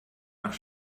nach